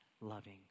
loving